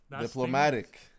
Diplomatic